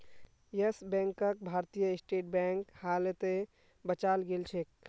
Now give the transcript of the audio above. yes बैंकक Bharatiya State Bank हालते बचाल गेलछेक